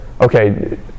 okay